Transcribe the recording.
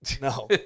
no